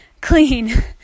clean